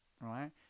right